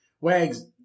Wags